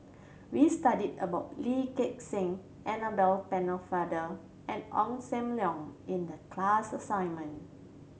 we studied about Lee Gek Seng Annabel Pennefather and Ong Sam Leong in the class assignment